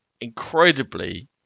incredibly